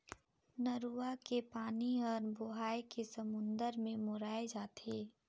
नरूवा के पानी हर बोहाए के समुन्दर मे मेराय जाथे